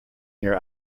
your